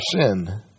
sin